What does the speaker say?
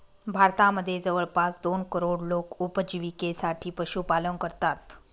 भारतामध्ये जवळपास दोन करोड लोक उपजिविकेसाठी पशुपालन करतात